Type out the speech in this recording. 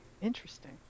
Interesting